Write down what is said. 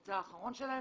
המוצא האחרון שלהם,